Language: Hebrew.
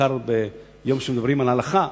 בעיקר כשמדברים על ההלכה,